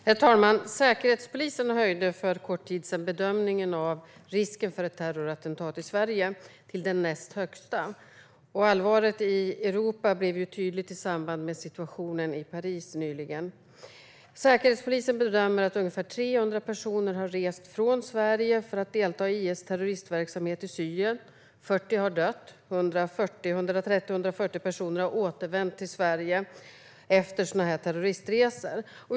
Herr talman! Säkerhetspolisen ändrade för en kort tid sedan bedömningen av risken för ett terrorattentat i Sverige och höjde nivån till den näst högsta. Allvaret i Europa blev tydligt i samband med situationen i Paris nyligen. Säkerhetspolisen bedömer att ungefär 300 personer har rest från Sverige för att delta i IS terroristverksamhet i Syrien. Av dem har 40 dött, och 130-140 personer har återvänt till Sverige efter sådana terroristresor.